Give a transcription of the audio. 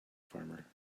farmer